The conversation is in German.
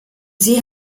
sie